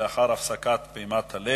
לאחר הפסקת פעימת הלב.